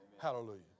Hallelujah